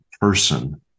person